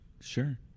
Sure